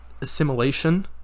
assimilation